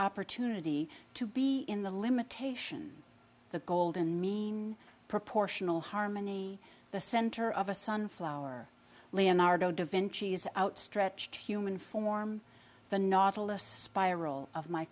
opportunity to be in the limitation the golden mean proportional harmony the center of a sunflower leonardo da vinci's outstretched human form the